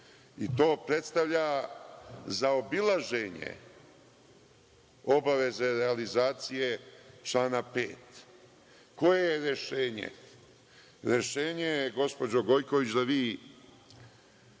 To predstavalja zaobilaženje obaveze realizacije člana 5. Koje je rešenje? Rešenje je gospođo Gojković da vi